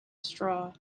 straw